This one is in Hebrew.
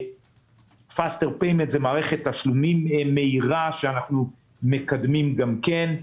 Faster payment זה מערכת תשלומים מהירה שאנחנו מקדמים גם כן;